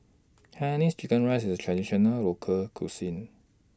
Hainanese Chicken Rice IS A Traditional Local Cuisine